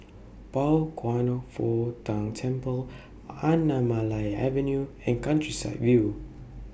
Pao Kwan Foh Tang Temple Anamalai Avenue and Countryside View